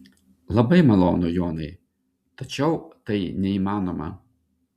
labai malonu jonai tačiau tai neįmanoma